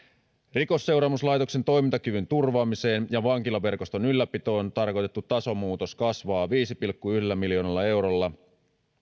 rikosseuraamuslaitoksen toimintakyvyn turvaamiseen ja vankilaverkoston ylläpitoon tarkoitettu tasomuutos kasvaa viidellä pilkku yhdellä miljoonalla eurolla